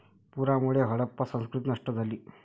पुरामुळे हडप्पा संस्कृती नष्ट झाली